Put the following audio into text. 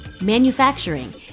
manufacturing